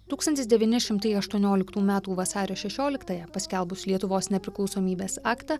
tūkstantis devyni šimtai aštuonioliktų metų vasario šešioliktąją paskelbus lietuvos nepriklausomybės aktą